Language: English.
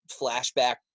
flashback